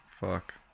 Fuck